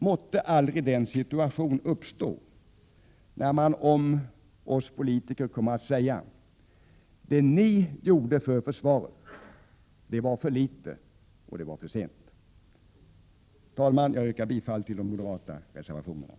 Måtte aldrig en situation uppstå där man om oss politiker kommer att säga: Det ni gjorde för försvaret var för litet och gjordes för sent. Herr talman! Jag yrkar bifall till de moderata reservationerna.